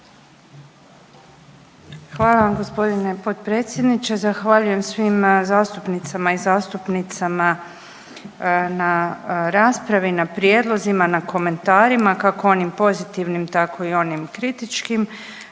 Hvala vam g. potpredsjedniče, zahvaljujem svim zastupnicama i zastupnicama na raspravi, na prijedlozima, na komentarima, kako onim pozitivnim, tako onim kritičkim.